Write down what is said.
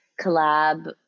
collab